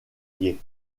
lié